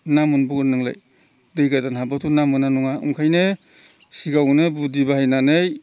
ना मोनबावगोन नोंलाय दै गोदान हाबब्लाथ' ना मोना नङा ओंखायनो सिगाङावनो बुद्धि बाहायनानै